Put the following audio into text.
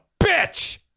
bitch